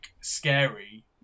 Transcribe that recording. scary